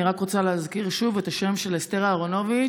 אני רק רוצה להזכיר שוב את השם של אסתר אהרונוביץ',